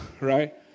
right